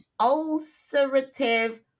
ulcerative